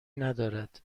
ندارد